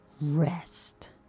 rest